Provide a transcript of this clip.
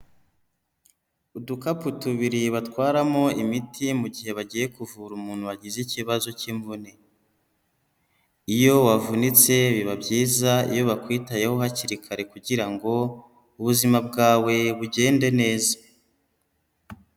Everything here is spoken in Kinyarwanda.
Udukapu tubiri batwaramo imiti mu gihe bagiye kuvura umuntu wagize ikibazo cy'imvune, iyo wavunitse biba byiza iyo bakwitayeho hakiri kare kugira ngo ubuzima bwawe bugende neza.